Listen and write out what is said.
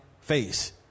face